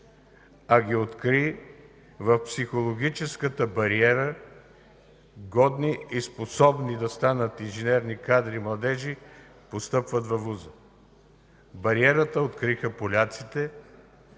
а ги откри в психологическата бариера. Годни и способни да станат инженерни кадри младежи постъпват във вуза. Бариерата откриха поляците